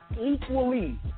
equally